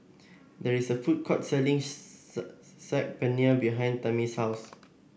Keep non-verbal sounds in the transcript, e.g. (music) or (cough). there is a food court selling (unintelligible) Saag Paneer behind Tamie's house